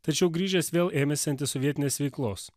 tačiau grįžęs vėl ėmėsi antisovietinės veiklos